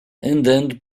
andando